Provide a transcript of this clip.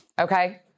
okay